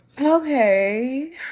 Okay